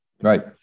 Right